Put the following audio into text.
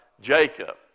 Jacob